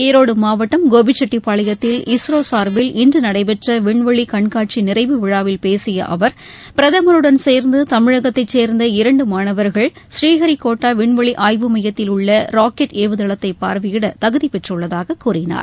ஈரோடு மாவட்டம் கோபிச்செட்டிபாளையத்தில் இஸ்ரோ சார்பில் இன்று நடைபெற்ற விண்வெளி கண்காட்சி நிறைவு விழாவில் பேசிய அவர் பிரதமருடன் சேர்ந்து தமிழகத்தைச் சேர்ந்த இரண்டு மானவர்கள் பநீஹரிகோட்டா விண்வெளி ஆய்வு மையத்தில் உள்ள ராக்கெட் ஏவுதளத்தை பார்வையிட தகுதி பெற்றுள்ளதாக கூறினார்